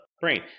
brain